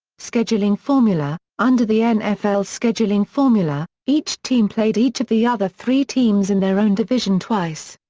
scheduling formula under the and nfl's scheduling formula, each team played each of the other three teams in their own division twice.